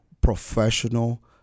professional